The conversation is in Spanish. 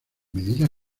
medida